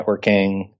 networking